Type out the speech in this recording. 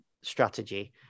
strategy